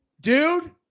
Dude